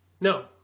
No